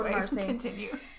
continue